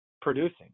producing